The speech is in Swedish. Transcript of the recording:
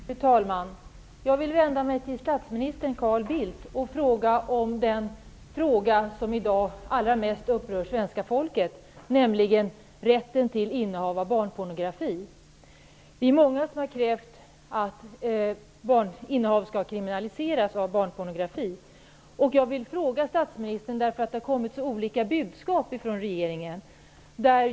Fru talman! Jag vill vända mig till statsminister Carl Bildt och fråga om det som i dag allra mest upprör svenska folket, nämligen rätten till innehav av barnpornografiska alster. Vi är många som har krävt en kriminalisering av innehavet. Jag vänder mig till statsministern därför att det har kommit så många olika budskap från regeringen.